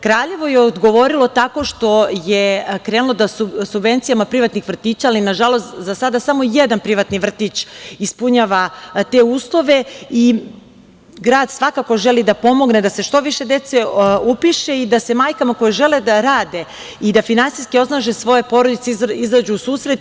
Kraljevo je odgovorilo tako što je krenulo da subvencijama privatnih vrtića, ali nažalost za sada samo jedan privatni vrtić ispunjava te uslove, i grad svakako želi da pomogne da se što više dece upiše i da se majkama koje žele da rade i da finansijski osnaže svoje porodice, izađu u susret.